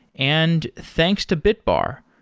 and thanks to bitbar.